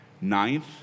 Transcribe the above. Ninth